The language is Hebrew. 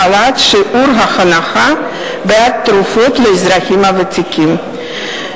העלאת שיעור ההנחה בעד תרופות לאזרחים ותיקים),